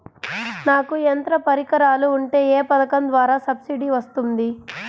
నాకు యంత్ర పరికరాలు ఉంటే ఏ పథకం ద్వారా సబ్సిడీ వస్తుంది?